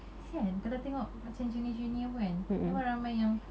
actually kan kalau tengok macam junior junior pun kan ada pun ramai yang